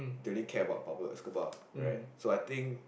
they only care about Pablo Escobar right so I think